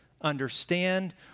understand